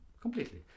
completely